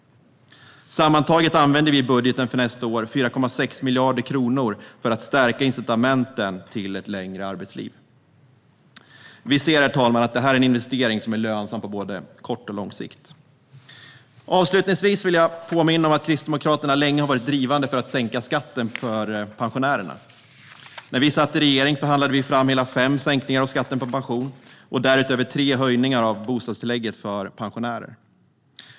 Sammantaget använder vi i budgeten för nästa år 4,6 miljarder kronor för att stärka incitamenten för ett längre arbetsliv. Vi ser att det är en investering som är lönsam på både kort och lång sikt. Avslutningsvis vill jag påminna om att Kristdemokraterna länge har varit drivande för att sänka skatten för pensionärerna. När vi satt i regering förhandlade vi fram hela fem sänkningar av skatten på pension och därutöver tre höjningar av bostadstillägget för pensionärer.